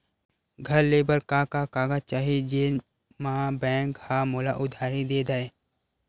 घर ले बर का का कागज चाही जेम मा बैंक हा मोला उधारी दे दय?